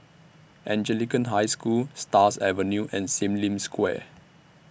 Anglican High School Stars Avenue and SIM Lim Square